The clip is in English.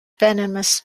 venomous